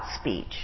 speech